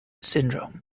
syndrome